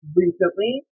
recently